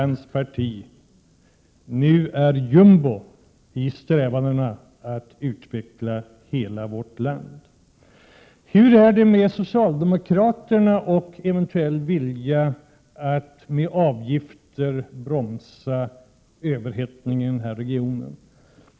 1987/88:127 hans parti nu är jumbo i strävandena att utveckla hela vårt land. 26 maj 1988 Hur är det med socialdemokraternas vilja att med avgifter bromsa överhettningen i Stockholmsregionen?